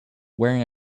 wearing